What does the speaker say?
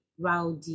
rowdy